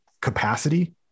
capacity